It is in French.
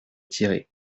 tirer